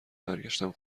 برگشتم